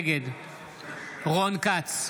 נגד רון כץ,